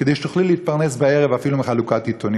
כדי שתוכלו להתפרנס בערב אפילו מחלוקת עיתונים,